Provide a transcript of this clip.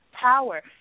power